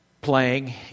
playing